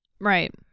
right